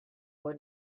boy